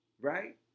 Right